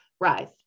rise